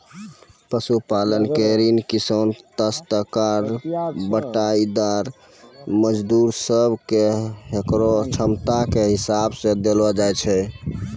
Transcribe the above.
पशुपालन के ऋण किसान, कास्तकार, बटाईदार, मजदूर सब कॅ होकरो क्षमता के हिसाब सॅ देलो जाय छै